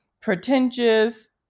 pretentious